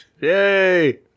yay